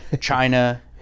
China